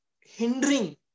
hindering